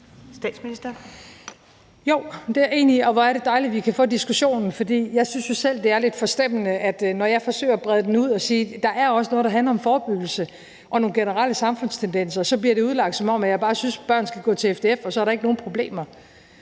jeg enig i, og hvor er det dejligt, at vi kan få diskussionen. For jeg synes jo selv, det er lidt forstemmende, at når jeg forsøger at brede den ud og sige, at der også er noget, der handler om forebyggelse og nogle generelle samfundstendenser, så bliver det udlagt, som om jeg bare synes, at børn skal gå til FDF, og at der så ikke er nogen problemer.